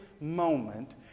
moment